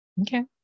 Okay